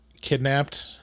kidnapped